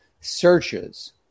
searches